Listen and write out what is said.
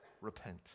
repent